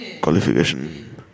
qualification